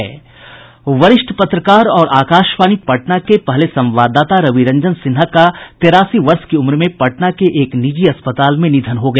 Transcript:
वरिष्ठ पत्रकार और आकाशवाणी पटना के पहले संवाददाता रविरंजन सिन्हा का तेरासी वर्ष की उम्र में पटना के एक निजी अस्पताल में निधन हो गया